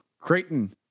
Creighton